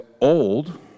old